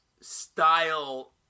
style